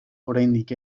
oraindik